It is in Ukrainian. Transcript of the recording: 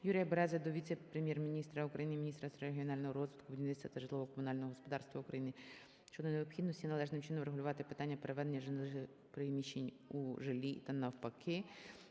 Берези до віце-прем’єр-міністра України - міністра регіонального розвитку, будівництва та житлово-комунального господарства України щодо необхідності належним чином врегулювати питання переведення нежилих приміщень у жилі та навпаки.